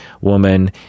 woman